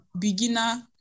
beginner